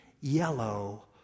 yellow